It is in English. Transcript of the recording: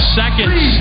seconds